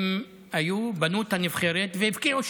הם היו, בנו את הנבחרת והבקיעו שערים.